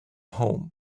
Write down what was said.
home